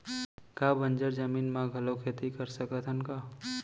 का बंजर जमीन म घलो खेती कर सकथन का?